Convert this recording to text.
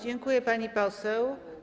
Dziękuję, pani poseł.